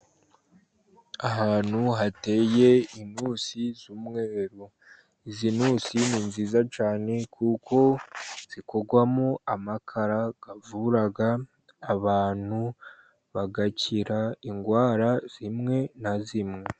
Ahantu hateye inturusi z'umweru. Izi nturusi ni nziza cyane, kuko zikorwamo amakara avura abantu bagakira indwara zimwe na zimwe.